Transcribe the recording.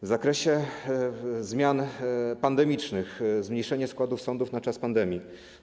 W zakresie zmian pandemicznych - zmniejszenie składów sądów na czas pandemii.